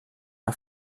que